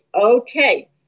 okay